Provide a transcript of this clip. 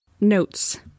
Notes